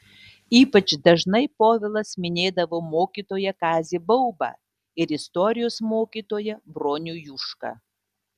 ypač dažnai povilas minėdavo mokytoją kazį baubą ir istorijos mokytoją bronių jušką